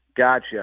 Gotcha